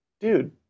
dude